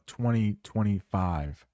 2025